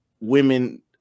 women